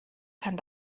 kann